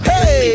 Hey